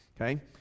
Okay